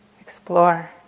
Explore